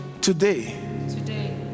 Today